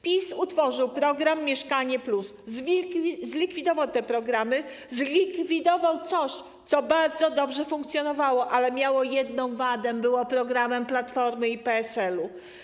PiS utworzył program ˝Mieszkanie+˝, zlikwidował te programy, zlikwidował coś, co bardzo dobrze funkcjonowało, ale miało jedną wadę - było programem Platformy i PSL.